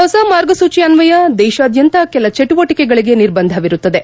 ಹೊಸ ಮಾರ್ಗಸೂಚಿ ಅನ್ವಯ ದೇಶಾದ್ಯಂತ ಕೆಲ ಚುಟುವಟಿಕೆಗಳಿಗೆ ನಿರ್ಬಂಧವಿರುತ್ತದೆ